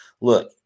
Look